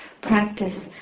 practice